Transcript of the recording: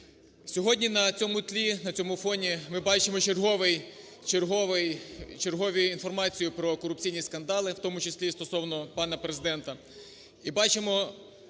Сьогодні на цьому тлі, на цьому фоні ми бачимо чергову інформацію про корупційні скандали, в тому числі і стосовно пана Президента,